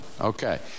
Okay